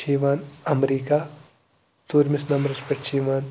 چھِ یِوان اَمریکہ ژوٗرمِس نمبرَس پٮ۪ٹھ چھِ یِوان